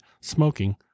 smoking